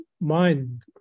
mind